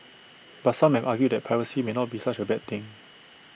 but some have argued that piracy may not be such A bad thing